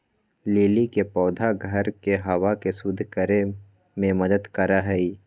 lily के पौधा घर के हवा के शुद्ध करे में मदद करा हई